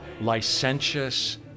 licentious